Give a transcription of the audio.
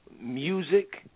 music